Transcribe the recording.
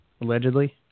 allegedly